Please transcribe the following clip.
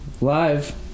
live